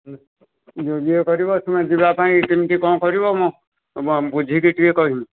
ଯିଏ କରିବ ତୁମେ ଯିବା ପାଇଁ କେମିତି କ'ଣ କରିବ ମୁଁ ବୁଝିକି ଟିକେ କହିବି